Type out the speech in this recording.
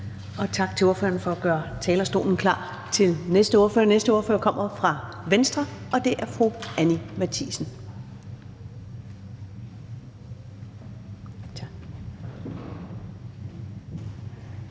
Og tak til ordføreren for at gøre talerstolen klar til den næste ordfører. Den næste ordfører kommer fra Venstre, og det er fru Anni Matthiesen.